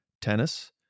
tennis